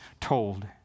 told